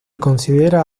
considera